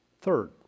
Third